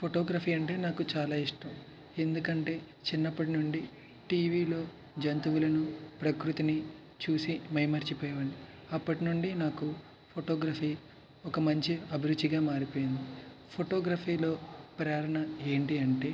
photography అంటే నాకు చాలా ఇష్టం ఎందుకంటే చిన్నప్పటి నుండి టీవీలో జంతువులను ప్రకృతిని చూసి మైమరచి పోయేవాణ్ణి అప్పటి నుండి నాకు ఫోటోగ్రఫీ ఒక మంచి అభిరుచిగా మారిపోయింది ఫోటోగ్రఫీలో ప్రేరణ ఏంటి అంటే